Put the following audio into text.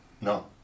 No